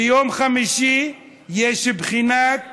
ביום חמישי יש בחינת